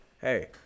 hey